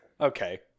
Okay